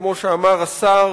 כמו שאמר השר,